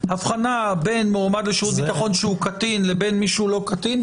הבחנה בין מועמד לשירות ביטחון שהוא קטין לבין מי שהוא לא קטין,